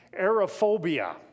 aerophobia